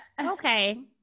Okay